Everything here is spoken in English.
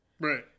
Right